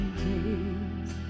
days